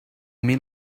mil